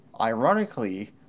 ironically